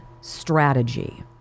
strategy